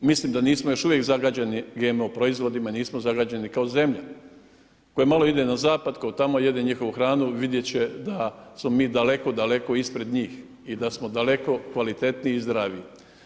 Mislim da nismo još uvijek zagađeni GMO proizvodima i nismo zagađeni kao zemlja koja malo ide na zapad, tko tamo jede njihovu hranu vidjeti će da smo mi daleko, daleko ispred njih i da smo daleko kvalitetniji i zdraviji.